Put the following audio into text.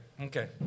okay